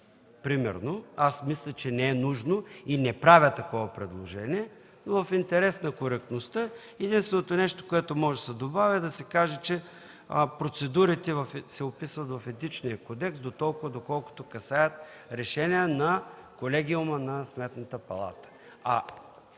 се добави – мисля, че не е нужно и не правя такова предложение, но в интерес на коректността единственото нещо, което може да се добави, е да се каже, че процедурите се разписват в Етичния кодекс, доколкото касаят решения на Колегиума на Сметната палата.